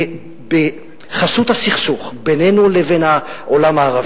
ובחסות הסכסוך בינינו לבין העולם הערבי,